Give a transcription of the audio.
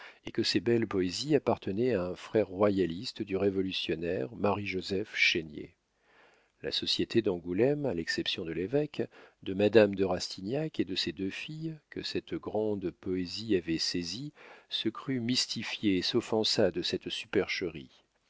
et que ces belles poésies appartenaient à un frère royaliste du révolutionnaire marie joseph chénier la société d'angoulême à l'exception de l'évêque de madame de rastignac et de ses deux filles que cette grande poésie avait saisis se crut mystifiée et s'offensa de cette supercherie